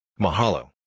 Mahalo